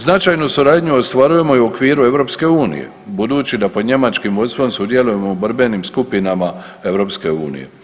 Značajnu suradnju ostvarujemo i u okviru EU, budući da pod njemačkim vodstvom sudjelujemo u borbenim skupinama EU.